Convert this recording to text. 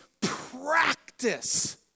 practice